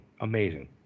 Amazing